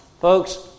Folks